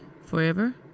forever